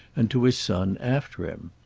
and to his son after him.